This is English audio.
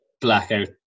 Blackout